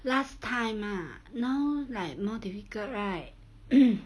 last time lah now like more difficult right